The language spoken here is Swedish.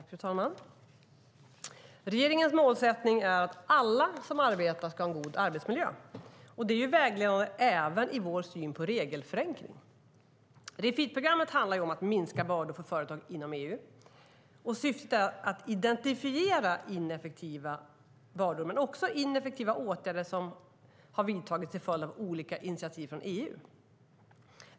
Fru talman! Regeringens mål är att alla som arbetar ska ha en god arbetsmiljö. Det är vägledande även i vår syn på regelförenkling. Refit-programmet handlar om att minska bördor för företag inom EU. Syftet är att identifiera ineffektiva vanor och ineffektiva åtgärder som har vidtagits till följd av olika initiativ från EU.